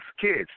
kids